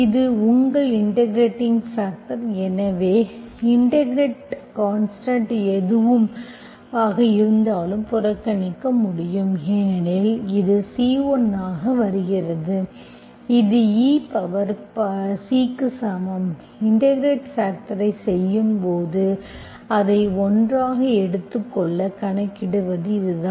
இது உங்கள் இன்டெகிரெட்பாக்டர் எனவே இன்டெகிரெட் கான்ஸ்டன்ட் எதுவாக இருந்தாலும் புறக்கணிக்க முடியும் ஏனெனில் இது C1 ஆக வருகிறது இது e பவர் C க்கு சமம் இன்டெகிரெட்பாக்டர்ஐச் செய்யும்போது அதை ஒன்றாக எடுத்துக் கொள்ள கணக்கிடுவது இதுதான்